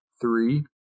three